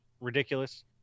ridiculous